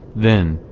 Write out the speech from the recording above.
then,